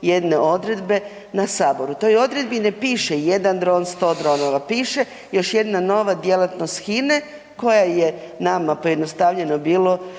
jedne odredbe na Saboru. U toj odredbi ne piše jedan dron, 100 dronova, piše još jedna nova djelatnost HINA-e koja je nama pojednostavljeno bilo